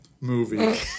movie